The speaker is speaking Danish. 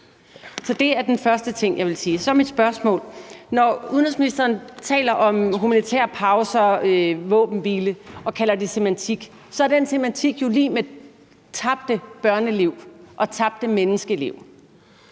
Så det er den første ting, jeg vil sige. Så kommer mit spørgsmål. Når udenrigsministeren taler om humanitære pauser, våbenhvile og kalder det semantik, så er den semantik jo lig med tabte børneliv og tabte menneskeliv.